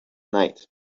night